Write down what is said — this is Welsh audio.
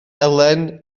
elen